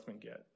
get